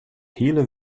hiele